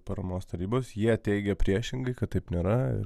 paramos tarybos jie teigia priešingai kad taip nėra